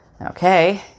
okay